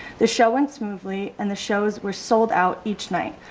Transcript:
the show went smoothly and the shows were sold out each night.